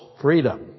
freedom